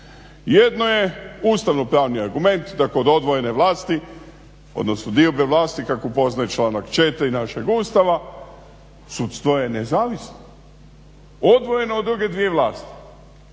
Jedno je ustavno pravni argument da kod odvojene vlasti odnosno diobe vlasti kako upoznaje članak 4. Našeg Ustava, sudstvo je nezavisno, odvojeno od druge dvije vlasti.